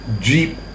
Jeep